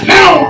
Now